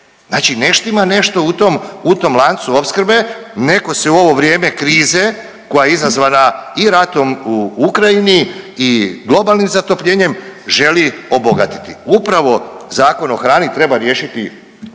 znači ne štima nešto u tom, u tom lancu opskrbe, neko se u ovo vrijeme krize koja je izazvana i ratom u Ukrajini i globalnim zatopljenjem želi obogatiti. Upravo Zakon o hrani treba riješiti